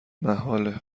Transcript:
محاله